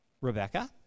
Rebecca